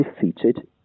defeated